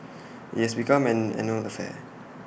IT has become an annual affair